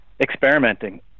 experimenting